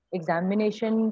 Examination